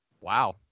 Wow